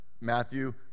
matthew